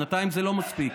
שנתיים זה לא מספיק.